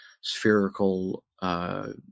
spherical